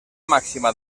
màxima